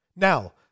Now